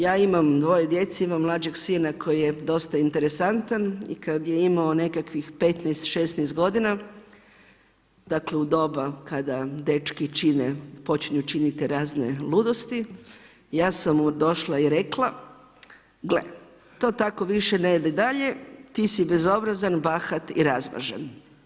Ja imam dvoje djece, imam mlađeg sina koji je dosta interesantan i kad je imao nekakvih 15-16 godina, dakle, u doba kada dečki počinju činiti razne ludosti, ja sam mu došla i rekla: gle, to tako više ne ide dalje, ti si bezobrazan, bahat i razmažen.